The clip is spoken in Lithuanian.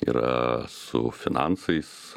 yra su finansais